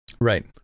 Right